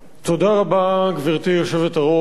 גברתי היושבת-ראש,